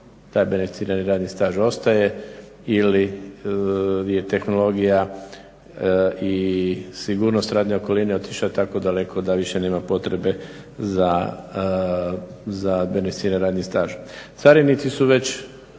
taj beneficirani radni staž ostaje ili je tehnologija i sigurnost radne okoline otišla tako daleko da više nema potrebe za beneficirani radni staž. Carinici su već